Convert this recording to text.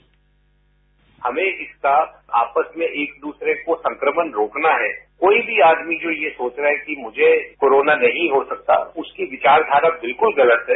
bite हमें इसका आपस में एक दूसरे को संक्रमण रोकना है कोई भी आदमी जो ये सोच रहा है कि मुझे कोरोना नहीं हो सकता उसकी विचारधारा बिल्कुल गलत है